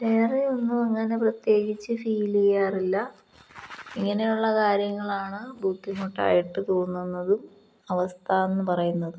വേറെയൊന്നും അങ്ങനെ പ്രത്യേകിച്ച് ഫീലെയ്യാറില്ല ഇങ്ങനെയുള്ള കാര്യങ്ങളാണു ബുദ്ധിമുട്ടായിട്ടു തോന്നുന്നതും അവസ്ഥ എന്നു പറയുന്നതും